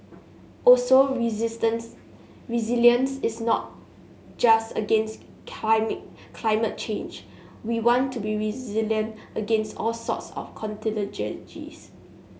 also resistance resilience is not just against climate change we want to be resilient against all sorts of contingencies